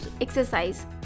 exercise